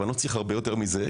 אבל אני לא צריך הרבה יותר מזה,